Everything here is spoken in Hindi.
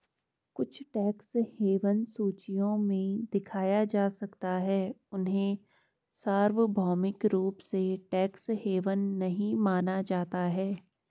कुछ टैक्स हेवन सूचियों में दिखाया जा सकता है, उन्हें सार्वभौमिक रूप से टैक्स हेवन नहीं माना जाता है